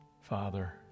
father